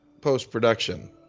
post-production